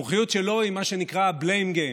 המומחיות שלו היא מה שנקרא blame game,